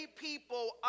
people